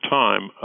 time